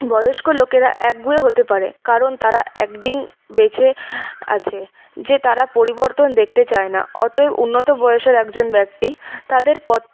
বয়স্ক লোকেরা একগুয়ে হতে পারে কারণ তারা একদিন বেঁচে আছে যে তারা পরিবর্তন দেখতে চায় না অতএব উন্নত বয়সের একজন ব্যক্তি তাদের পথে